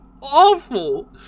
awful